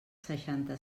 seixanta